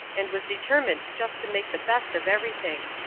and was determined just to make the best of everything.